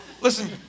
listen